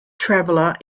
traveler